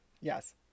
Yes